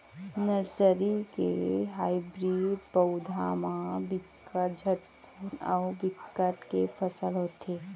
nursery के hybrid पउधा म बिकट झटकुन अउ बिकट के फसल होथे